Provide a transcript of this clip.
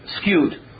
skewed